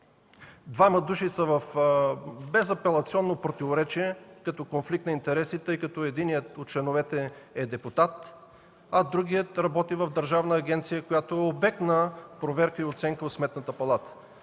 двама души са в безапелационно противоречие като конфликт на интереси, тъй като единият от членовете е депутат, а другият работи в държавна агенция, която е обект на проверка и оценка от Сметната палата.